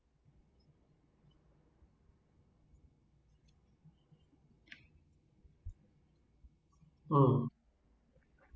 mm